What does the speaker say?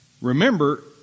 Remember